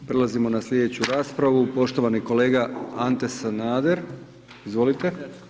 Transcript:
Prelazimo na slijedeću raspravu, poštovani kolega Ante Sanader, izvolite.